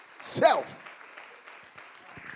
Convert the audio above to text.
Self